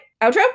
Outro